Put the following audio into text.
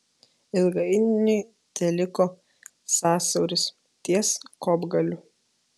ilgainiui teliko sąsiauris ties kopgaliu